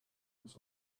this